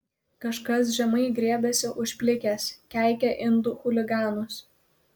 kažkas žemai griebiasi už plikės keikia indų chuliganus